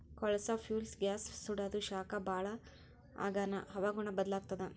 ಕೊಳಸಾ fuels gas ಸುಡಾದು ಶಾಖ ಭಾಳ್ ಆಗಾನ ಹವಾಗುಣ ಬದಲಾತ್ತದ